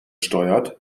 steuert